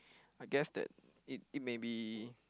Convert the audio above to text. I guess that it it may be